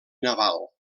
naval